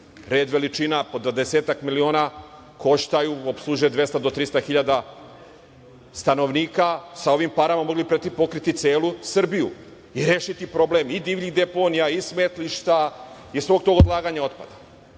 red veličina po 20-tak miliona koštaju i opslužuju 200 do 300.000 stanovnika sa ovim parama mogli bi pokriti celu Srbiju i rešiti problem i divljih deponija i smetlišta i svog tog odlaganja otpada. Dajte